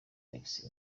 alex